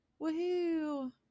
woohoo